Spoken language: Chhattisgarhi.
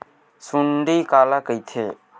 सुंडी काला कइथे?